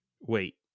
wait